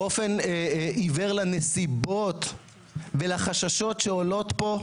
באופן עיוור לנסיבות ולחששות שעולות פה?